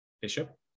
Bishop